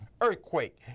Earthquake